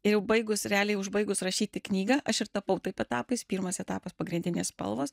ir jau baigus realiai užbaigus rašyti knygą aš ir tapau taip etapais pirmas etapas pagrindinės spalvos